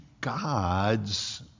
gods